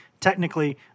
technically